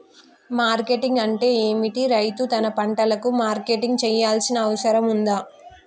Marketing అంటే ఏమిటి? రైతు తన పంటలకు మార్కెటింగ్ చేయాల్సిన అవసరం ఉందా?